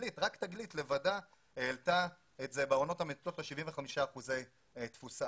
רק תגלית לבד העלתה את זה ל-75 אחוזי תפוסה.